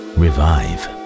revive